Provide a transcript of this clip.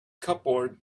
cupboard